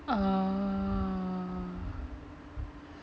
oo